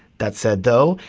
that said though,